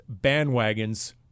bandwagons